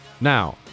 now